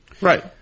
Right